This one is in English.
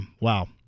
Wow